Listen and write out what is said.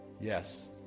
Yes